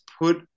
put